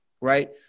right